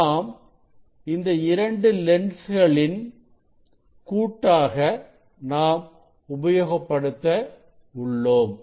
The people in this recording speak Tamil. நாம் இந்த இரண்டு லென்ஸ்களின் கூட்டாக நாம் உபயோகப்படுத்த உள்ளோம்